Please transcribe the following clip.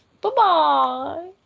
Bye-bye